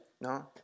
No